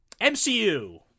mcu